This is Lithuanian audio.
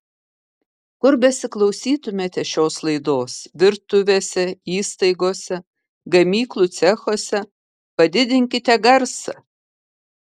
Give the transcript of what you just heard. kur besiklausytumėte šios laidos virtuvėse įstaigose gamyklų cechuose padidinkite garsą